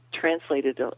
translated